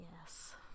Yes